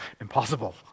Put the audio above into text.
impossible